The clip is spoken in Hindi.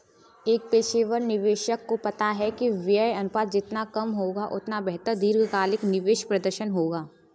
एक पेशेवर निवेशक को पता है कि व्यय अनुपात जितना कम होगा, उतना बेहतर दीर्घकालिक निवेश प्रदर्शन होगा